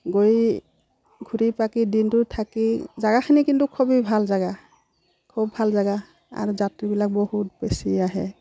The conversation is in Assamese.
গৈ ফুৰি পকি দিনটো থাকি জেগাখিনি কিন্তু খুবেই ভাল জেগা খুব ভাল জেগা আৰু যাত্ৰীবিলাক বহুত বেছি আহে